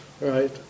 right